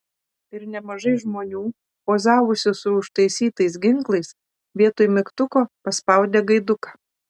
ir nemažai žmonių pozavusių su užtaisytais ginklais vietoj mygtuko paspaudė gaiduką